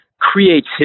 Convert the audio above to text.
creativity